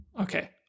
Okay